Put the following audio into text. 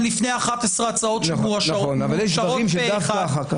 לפני 11 הצעות שמאושרות פה אחד.